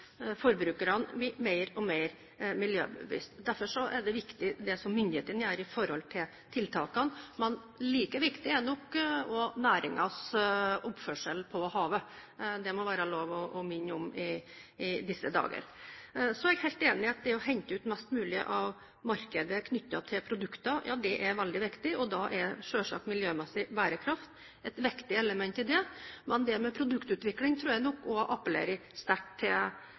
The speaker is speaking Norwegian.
forbrukerne har blitt mer og mer miljøbevisste. Derfor er det myndighetene gjør av tiltak viktig. Men like viktig er nok næringens oppførsel på havet. Det må det være lov å minne om i disse dager. Så er jeg helt enig i at det å hente ut mest mulig av markedet knyttet til produkter, er veldig viktig. Da er selvsagt miljømessig bærekraft et viktig element. Det med produktutvikling tror jeg nok også appellerer sterkt til